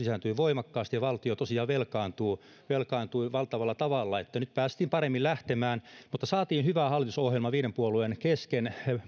lisääntyi voimakkaasti ja valtio tosiaan velkaantui velkaantui valtavalla tavalla nyt päästiin paremmin lähtemään saatiin hyvä hallitusohjelma viiden puolueen kesken